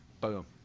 Boom